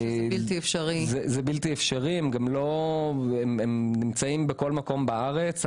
זה בלתי אפשרי, הם נמצאים בכל מקום בארץ.